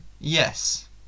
yes